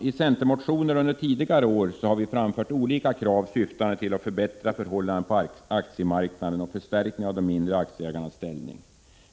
I centermotioner under tidigare år har vi framfört olika krav syftande till att förbättra förhållandena på aktiemarknaden och förstärka de mindre aktieägarnas ställning.